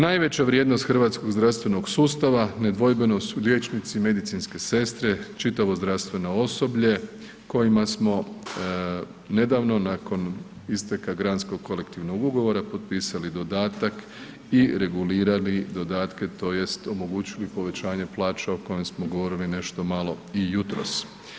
Najveća vrijednost hrvatskog zdravstvenog sustava nedvojbeno su liječnici, medicinske sestre, čitavo zdravstveno osoblje kojima smo nedavno nakon isteka granskog kolektivnog ugovora potpisali dodatak i regulirali dodatke tj. omogućili povećanje plaća o kojem smo govorili nešto malo i jutros.